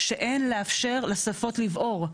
שאין לאפשר לשרפות לבעור.